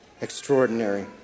extraordinary